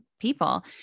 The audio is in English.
people